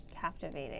captivating